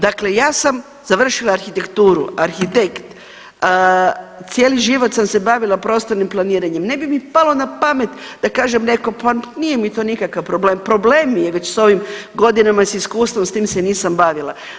Dakle ja sam završila arhitekturu, arhitekt, cijeli život sam se bavila prostornim planiranjem, ne bi mi palo na pamet da kažem nekom pa nije mi to nikakav problem, problem mi je već s ovim godinama i s iskustvom, s tim se nisam bavila.